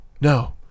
No